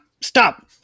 Stop